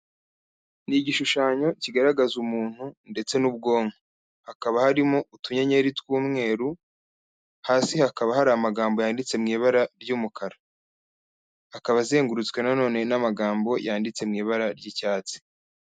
Ni igishushanyo kigaragaza umuntu ndetse n'ubwonko, hakaba harimo utunyenyeri tw'umweru, hasi hakaba hari amagambo yanditse mu ibara ry'umukara, akaba azengurutswe nonone n'amagambo yanditse mu ibara ry'icyatsi.